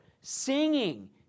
singing